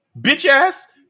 bitch-ass